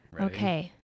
Okay